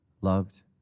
loved